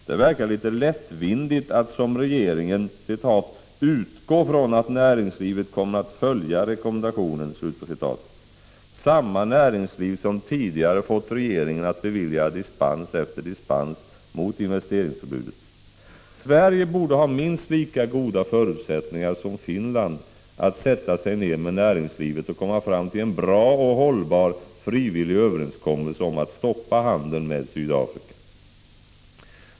Det verkar litet lättvindigt att som regeringen ”utgå från att näringslivet kommer att följa rekommendationen”. Det gäller ju samma näringsliv som tidigare fått regeringen att bevilja dispens efter dispens mot investeringsförbudet. Sverige borde ha minst lika goda förutsättningar som Finland att sätta sig ned med näringslivets företrädare och komma fram till en bra och hållbar frivillig överenskommelse om att stoppa handeln med Sydafrika.